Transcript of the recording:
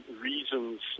Reasons